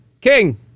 King